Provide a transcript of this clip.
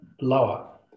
lower